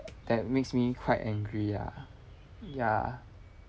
that makes me quite angry ah ya